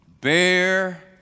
Bear